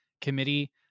committee